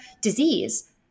disease